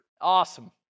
Awesome